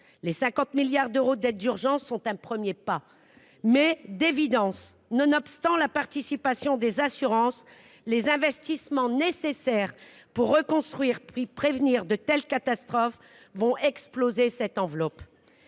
Les 50 millions d’euros d’aide d’urgence sont un premier pas. Toutefois, à l’évidence, nonobstant la participation des assurances, les investissements nécessaires pour reconstruire, puis prévenir de telles catastrophes, feront exploser cette enveloppe.